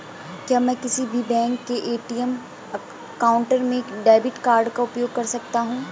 क्या मैं किसी भी बैंक के ए.टी.एम काउंटर में डेबिट कार्ड का उपयोग कर सकता हूं?